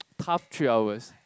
tough three hours